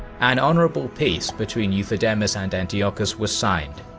an honourable peace between euthydemus and antiochus was signed,